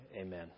Amen